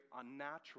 unnatural